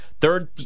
third